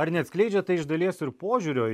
ar neatskleidžia tai iš dalies ir požiūrio